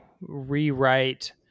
rewrite